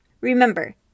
Remember